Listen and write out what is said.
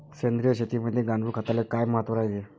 सेंद्रिय शेतीमंदी गांडूळखताले काय महत्त्व रायते?